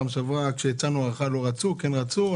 בפעם שעברה כשהצענו הארכה לא רצו, כן רצו.